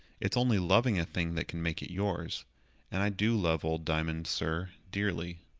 it's only loving a thing that can make it yours and i do love old diamond, sir, dearly.